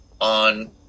on